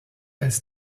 als